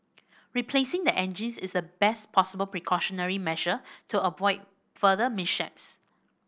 replacing the engines is the best possible precautionary measure to avoid further mishaps